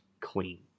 clean